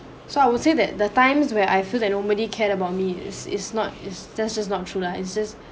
so I would say that the times where I feel that nobody cared about me is is not is just is not true lah it's just